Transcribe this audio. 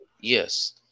Yes